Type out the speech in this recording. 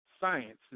science